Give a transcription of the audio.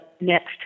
next